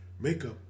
makeup